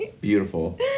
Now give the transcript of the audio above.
Beautiful